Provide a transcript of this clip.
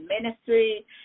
ministry